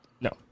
No